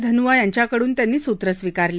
धनुआ यांच्याकडून त्यांनी सूत्रं स्वीकारली